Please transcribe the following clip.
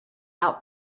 out